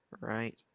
Right